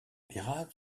peyrade